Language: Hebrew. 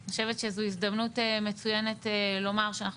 ואני חושבת שזו הזדמנות מצוינת לומר שאנחנו